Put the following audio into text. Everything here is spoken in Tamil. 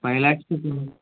ஃபைவ் லேக்ஸ்